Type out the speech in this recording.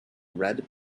red